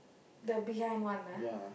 the behind one ah